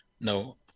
no